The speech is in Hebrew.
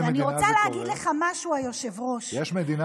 יש מדינה